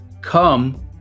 come